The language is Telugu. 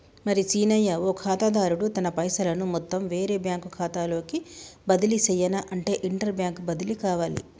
మరి సీనయ్య ఓ ఖాతాదారుడు తన పైసలను మొత్తం వేరే బ్యాంకు ఖాతాలోకి బదిలీ సెయ్యనఅంటే ఇంటర్ బ్యాంక్ బదిలి కావాలి